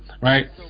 right